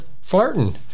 flirting